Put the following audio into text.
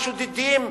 השודדים,